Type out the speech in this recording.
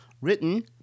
written